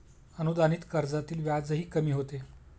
अनुदानित कर्जातील व्याजही कमी होते